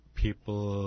people